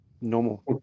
normal